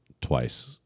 twice